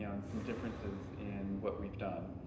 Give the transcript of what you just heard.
ah in some differences in what we've done.